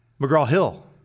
McGraw-Hill